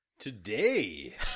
Today